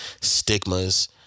stigmas